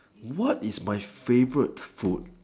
what is my favourite food